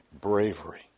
bravery